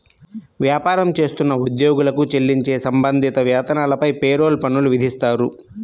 వ్యాపారం చేస్తున్న ఉద్యోగులకు చెల్లించే సంబంధిత వేతనాలపై పేరోల్ పన్నులు విధిస్తారు